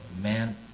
man